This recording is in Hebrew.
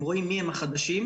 הם רואים מיהם החדשים.